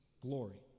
glory